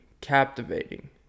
captivating